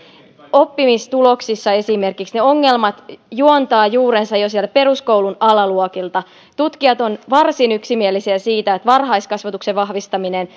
oppimistuloksissa ne ongelmat juontavat juurensa jo sieltä peruskoulun alaluokilta tutkijat ovat varsin yksimielisiä siitä että varhaiskasvatuksen vahvistaminen